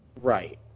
right